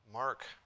Mark